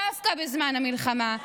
דווקא בזמן המלחמה,